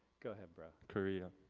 go ahead bro. korea.